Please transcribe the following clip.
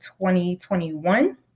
2021